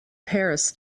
paris